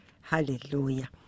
Hallelujah